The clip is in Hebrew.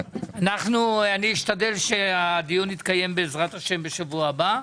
אני אשתדל שהדיון יתקיים, בעזרת השם, בשבוע הבא.